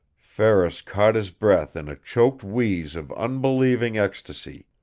ferris caught his breath in a choked wheeze of unbelieving ecstasy.